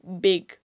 big